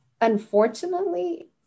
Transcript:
unfortunately